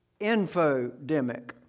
infodemic